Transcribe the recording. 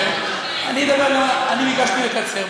אני ביקשתי לקצר.